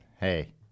hey